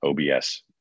OBS